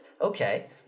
okay